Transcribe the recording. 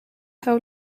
how